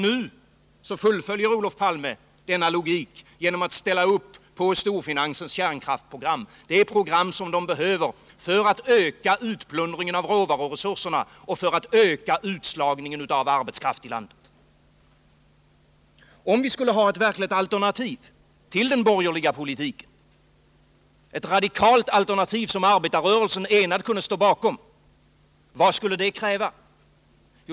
Nu fullföljer Olof Palme denna logik genom att ställa upp bakom storfinansens kärnkraftsprogram, som storfinansen behöver för att öka utplundringen av råvaruresurserna och öka utslagningen av arbetskraften. Om vi skulle ha ett verkligt alternativ till den borgerliga politiken, ett radikalt alternativ som arbetarrörelsen enad kunde stå bakom — vad skulle det kräva?